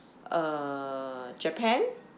uh japan